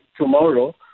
tomorrow